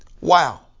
Wow